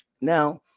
Now